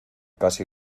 casi